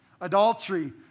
Adultery